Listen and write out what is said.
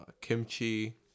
kimchi